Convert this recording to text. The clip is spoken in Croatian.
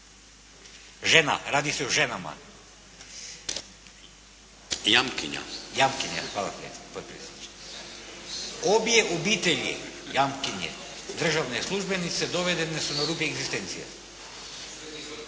**Lesar, Dragutin (Nezavisni)** Jamkinja, hvala potpredsjedniče. Obje obitelji jamkinje, državne službenice, dovedene su na rub egzistencije.